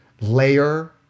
layer